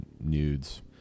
nudes